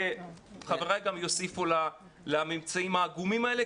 חבריי גם יוסיפו לממצאים העגומים האלה,